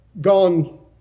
gone